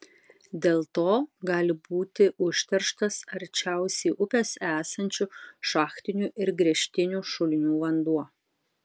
dėl to gali būti užterštas arčiausiai upės esančių šachtinių ir gręžtinių šulinių vanduo